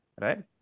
right